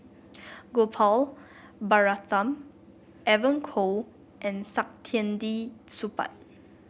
Gopal Baratham Evon Kow and Saktiandi Supaat